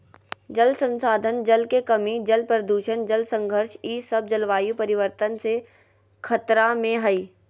जल संसाधन, जल के कमी, जल प्रदूषण, जल संघर्ष ई सब जलवायु परिवर्तन से खतरा में हइ